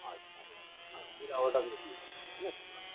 अच्छा मेरा ऑर्डर लिख लीजिए है ना इसके बाद